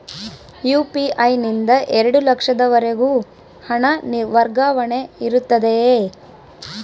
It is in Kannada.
ಯು.ಪಿ.ಐ ನಿಂದ ಎರಡು ಲಕ್ಷದವರೆಗೂ ಹಣ ವರ್ಗಾವಣೆ ಇರುತ್ತದೆಯೇ?